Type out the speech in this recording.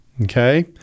Okay